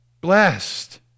blessed